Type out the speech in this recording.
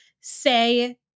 say